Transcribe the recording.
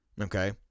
okay